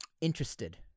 interested